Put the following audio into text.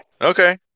Okay